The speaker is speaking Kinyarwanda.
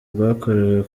bwakorewe